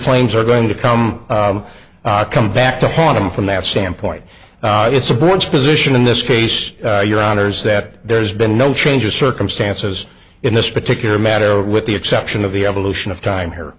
claims are going to come come back to haunt him from that standpoint it supports position in this case your honour's that there's been no change of circumstances in this particular matter with the exception of the evolution of time here